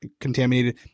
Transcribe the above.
contaminated